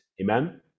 Amen